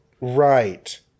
Right